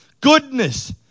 goodness